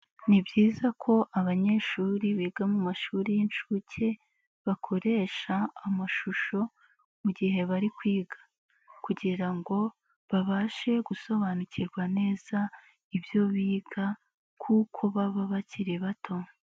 Ni byiza ko abanyeshuri biga mu mashuri y'inshuke bakoresha amashusho mu gihe bari kwiga kugira ngo babashe gusobanukirwa neza ibyo biga kuko baba bakiri bato.